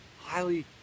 highly